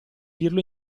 dirlo